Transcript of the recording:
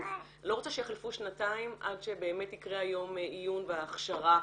אני לא רוצה שיחלפו שנתיים עד שיקרה יום העיון וההכשרה,